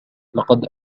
لقد